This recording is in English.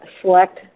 select